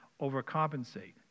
overcompensate